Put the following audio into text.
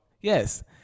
Yes